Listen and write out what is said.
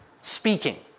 speaking